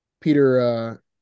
Peter